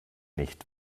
nicht